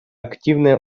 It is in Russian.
активное